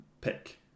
pick